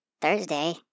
Thursday